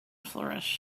flourish